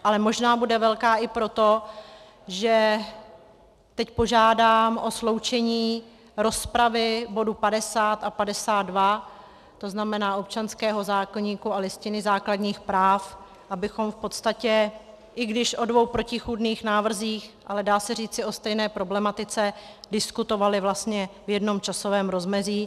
Ale možná bude velká i proto, že teď požádám o sloučení rozpravy k bodům 50 a 52, to znamená občanského zákoníku a Listiny základních práv, abychom v podstatě, i když o dvou protichůdných návrzích, ale dá se říci o stejné problematice, diskutovali vlastně v jednom časovém rozmezí.